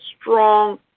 strong